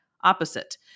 opposite